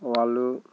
వాళ్ళు